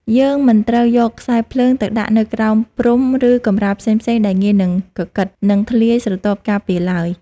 យើងមិនត្រូវយកខ្សែភ្លើងទៅដាក់នៅក្រោមព្រំ ឬកម្រាលផ្សេងៗដែលងាយនឹងកកិត និងធ្លាយស្រទាប់ការពារឡើយ។